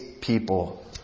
people